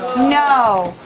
no.